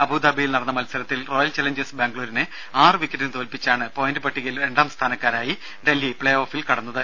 അബൂദാബിയിൽ നടന്ന മത്സരത്തിൽ Royal Challengers ബാംഗ്ലൂരിനെ ആറു വിക്കറ്റിന് തോൽപ്പിച്ചാണ് പോയിന്റ് പട്ടികയിൽ രണ്ടാം സ്ഥാനക്കാരായി ഡൽഹി പ്ലേ ഓഫിൽ കടന്നത്